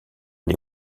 les